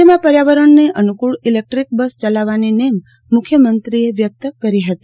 રાજ્યમાં પર્યાવરણને અનૂકળ ઇલેક્ટ્રીક બસ ચલાવવાની નેમ મુખ્યમંત્રીએ વ્યક્ત કરી હતી